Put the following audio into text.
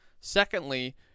secondly